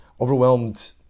Overwhelmed